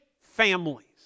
families